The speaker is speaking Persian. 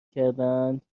کردهاند